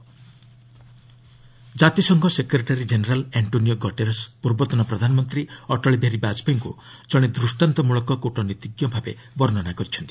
UN Vajpayee ଜାାତିସଂଘ secretary general Antonio Guterres ପୂର୍ବତନ ପ୍ରଧାନମନ୍ତ୍ରୀ ଅଟଳ ବିହାରୀ ବାଜପେୟୀଙ୍କୁ ଜଣେ ଦୃଷ୍ଟାନ୍ତମଳକ କ୍ଟନୀତିଜ୍ଞ ଭାବେ ବର୍ଷ୍ଣନା କରିଛନ୍ତି